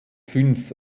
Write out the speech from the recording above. fünf